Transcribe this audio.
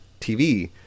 TV